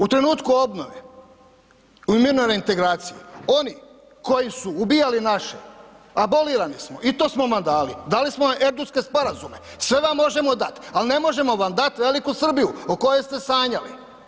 U trenutku obnove, u mirnoj reintegraciji, oni koji su ubijali naše, abolirani smo i to smo vam dali, dali smo vam Erdutske sporazume, sve vam možemo dat, al ne možemo vam dat veliku Srbiju o kojoj ste sanjali.